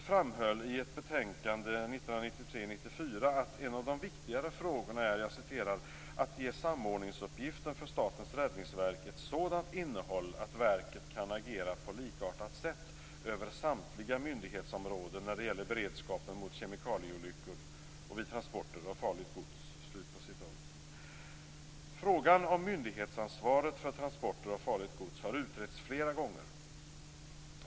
1993/94:FöU1 att en av de viktigare frågorna är "att ge samordningsuppgiften för Statens räddningsverk ett sådant innehåll att verket kan agera på likartat sätt över samtliga myndighetsområden när det gäller beredskapen mot kemikalieolyckor och vid transporter av farligt gods." Frågan om myndighetsansvaret för transporter av farligt gods har utretts flera gånger.